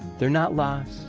they're not lost.